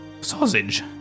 Sausage